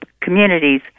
communities